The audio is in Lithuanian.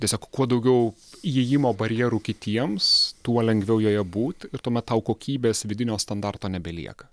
tiesiog kuo daugiau įėjimo barjerų kitiems tuo lengviau joje būti ir tuomet tau kokybės vidinio standarto nebelieka